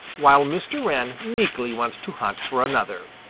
while mr. wren meekly went to hunt for another.